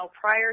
prior